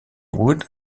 wood